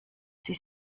sie